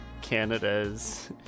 Canada's